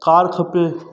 car खपे